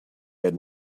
had